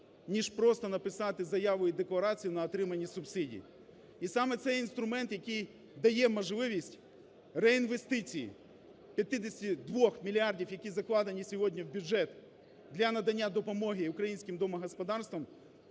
ніж просто написати заяву і декларацію на отримання субсидій. І саме цей інструмент, який дає можливість реінвестицій 52 мільярдів, які закладені сьогодні в бюджет для надання допомоги українським домогосподарствам,